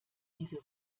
diese